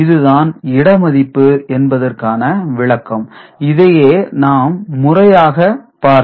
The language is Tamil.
இதுதான் இடமதிப்பு என்பதற்கான விளக்கம் இதையே நாம் முறையாக பார்த்தால் di 01 r 1 dn d1d0